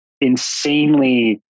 insanely